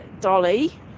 dolly